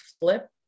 flip